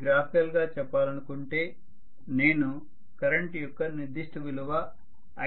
దీనిని గ్రాఫికల్ గా చెప్పాలనుకుంటే నేను కరెంట్ యొక్క నిర్దిష్ట విలువ